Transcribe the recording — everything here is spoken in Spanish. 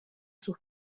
sus